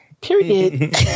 Period